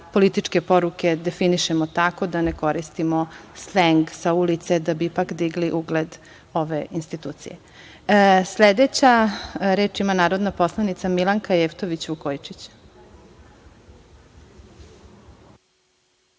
političke poruke definišemo tako da ne koristimo sleng sa ulice da bi ipak digli ugled ove institucije. Sledeća, reč ima narodna poslanica Milanka Jevtović Vukojičić.